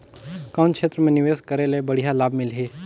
कौन क्षेत्र मे निवेश करे ले बढ़िया लाभ मिलही?